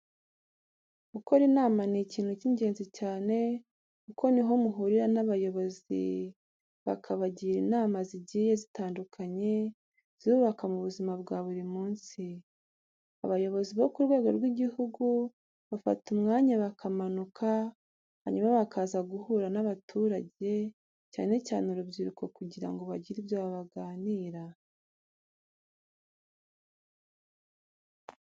Gukora inama ni ikintu cy'ingezi cyane kuko ni ho muhurira n'abayobozi bakabagira inama zigiye zitandukanye zibubaka mu buzima bwa buri munsi. Abayobozi bo ku rwego rw'igihugu bafata umwanya bakamanuka, hanyuma bakaza guhura n'abaturage, cyane cyane urubyiruko kugira ngo bagire ibyo baganira.